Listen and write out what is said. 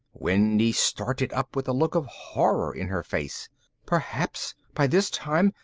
wendy started up with a look of horror in her face perhaps by this time,